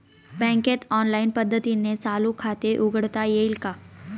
बँकेत ऑनलाईन पद्धतीने चालू खाते उघडता येईल का?